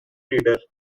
leader